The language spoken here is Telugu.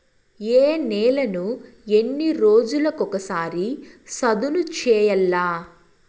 ఏ నేలను ఎన్ని రోజులకొక సారి సదును చేయల్ల?